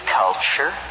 culture